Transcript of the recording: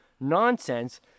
nonsense